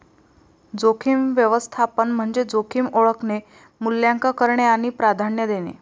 जोखीम व्यवस्थापन म्हणजे जोखीम ओळखणे, मूल्यांकन करणे आणि प्राधान्य देणे